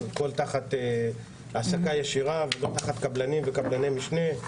הכל תחת העסקה ישירה, וכל תחת קבלנים וקבלני משנה.